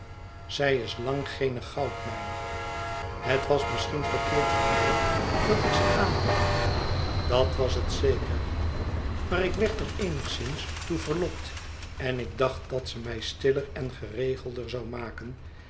zij is lang geene goudmijn het was misschien verkeerd van mij dat ik ze aanpakte dat was het zeker maar ik werd er eenigszins toe verlokt en ik dacht dat ze mij stiller én geregelder zou maken